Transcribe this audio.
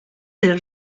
del